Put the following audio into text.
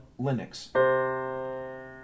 Linux